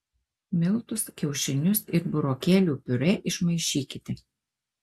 miltus kiaušinius ir burokėlių piurė išmaišykite